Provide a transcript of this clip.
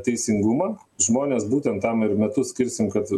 teisingumą žmonės būtent tam ir metus skirsim kad